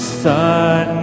sun